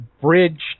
bridge